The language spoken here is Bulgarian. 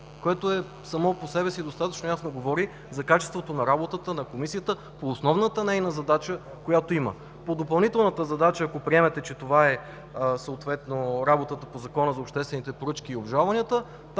което само по себе си достатъчно ясно говори за качеството на работата на Комисията по основната нейна задача, която има. По допълнителната задача, ако приемете, че това е съответно работата по Закона за обществените поръчки и обжалванията,